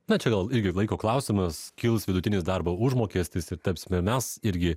na čia gal irgi laiko klausimas kils vidutinis darbo užmokestis ir tapsim ir mes irgi